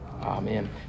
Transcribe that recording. Amen